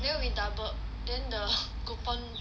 then we double then the coupon